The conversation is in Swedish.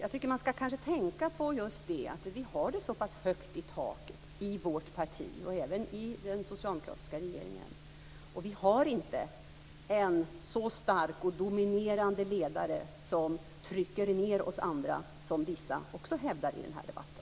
Vi skall tänka på att vi har så pass högt i tak i vårt parti, och även i den socialdemokratiska regeringen, och att vi inte har en så stark och dominerande ledare som trycker ned oss andra - som vissa hävdar i debatten.